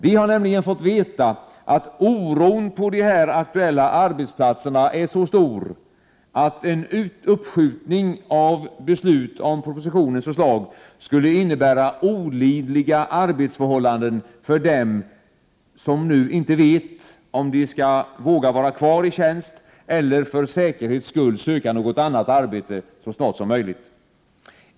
Vi har nämligen fått veta att oron på de här aktuella arbetsplatserna är så stor, att en uppskjutning av beslut om propositionens förslag skulle innebära olidliga arbetsförhållanden för dem som nu inte vet, om de skall våga vara kvar i tjänst eller för säkerhets skull söka något annat arbete så snart som möjligt.